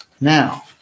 Now